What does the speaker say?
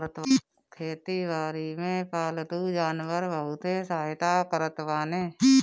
खेती बारी में पालतू जानवर बहुते सहायता करत बाने